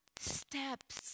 steps